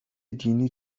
دینی